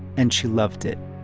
and she loved it